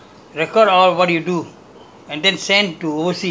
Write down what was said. and then we must we must come to the office and